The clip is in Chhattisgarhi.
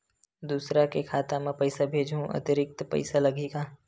दूसरा के खाता म पईसा भेजहूँ अतिरिक्त पईसा लगही का?